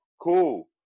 cool